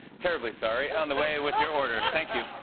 terribly sorry. on the way with your order. thank you.